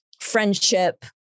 friendship